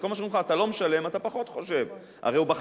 כל זמן שאומרים לך: אתה לא משלם, אתה פחות חושב.